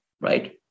right